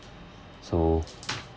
so